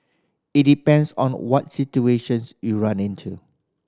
it depends on what situations you run into